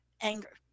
anger